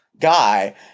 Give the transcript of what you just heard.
guy